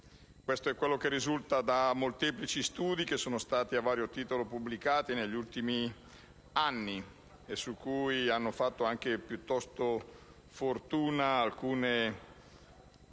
Questo è quanto risulta da molteplici studi che sono stati a vario titolo pubblicati negli ultimi anni e su cui hanno fatto anche una certa fortuna alcuni